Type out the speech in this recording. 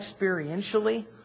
experientially